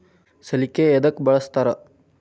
ಸಲಿಕೆ ಯದಕ್ ಬಳಸ್ತಾರ?